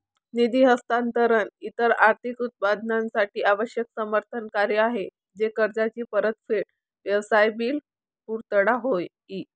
निधी हस्तांतरण इतर आर्थिक उत्पादनांसाठी आवश्यक समर्थन कार्य आहे जसे कर्जाची परतफेड, व्यवसाय बिल पुर्तता होय ई